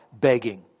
begging